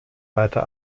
weiter